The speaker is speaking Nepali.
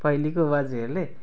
पहिलेको बाजेहरूले